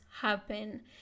happen